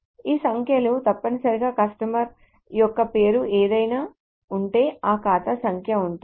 ఈ సంఖ్యలు తప్పనిసరిగా కస్టమర్ యొక్క పేరు ఏదైనా ఉంటే ఈ ఖాతా సంఖ్య ఉంటుంది